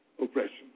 oppression